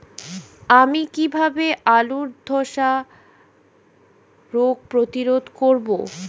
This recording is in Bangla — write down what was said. আমি কিভাবে আলুর ধ্বসা রোগ প্রতিরোধ করব?